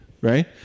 right